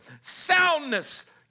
soundness